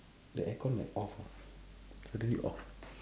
the aircon like off ah suddenly off